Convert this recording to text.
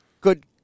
Good